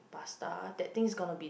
pasta that thing is gonna be